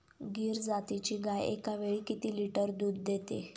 गीर जातीची गाय एकावेळी किती लिटर दूध देते?